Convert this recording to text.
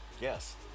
Yes